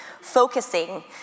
focusing